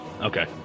Okay